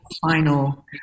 final